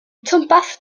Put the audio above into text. twmpath